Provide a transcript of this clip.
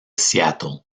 seattle